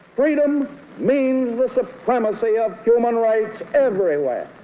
freedom means the supremacy of human rights everywhere.